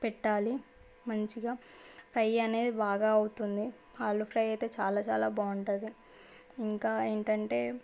పెట్టాలి మంచిగా ఫ్రై అనేది బాగా అవుతుంది ఆలు ఫ్రై అయితే చాలా చాలా బాగుంటుంది ఇంకా ఏంటంటే